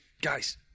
Guys